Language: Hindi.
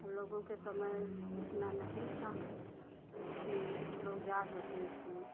हम लोगों के समय इतना नहीं था कि हम लोग जा सकें स्कूल